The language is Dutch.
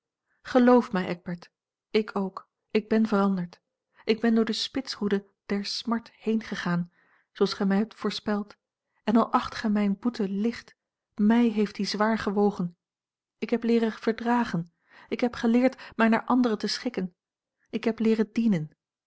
geloof mij eckbert ik ook ik ben veranderd ik ben door de spitsroeden der smart heengegaan zooals gij mij hebt voorspeld en al acht gij mijne boete licht mij heeft die zwaar gewogen ik heb leeren verdragen ik heb geleerd mij naar anderen te schikken ik heb leeren dienen